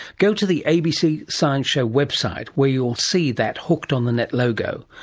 go to the abc science show website where you'll see that hooked on the net logo,